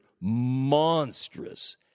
monstrous